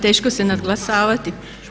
Teško se nadglasavati.